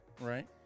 Right